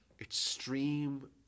extreme